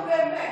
נו, באמת.